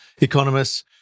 economists